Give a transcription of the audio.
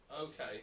Okay